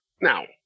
now